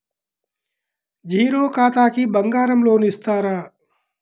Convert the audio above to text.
Zero ఖాతాకి బంగారం loan ఇస్తారా?